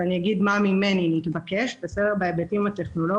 אבל אני אגיד מה מתבקש ממני בהיבטים הטכנולוגיים.